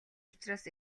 учраас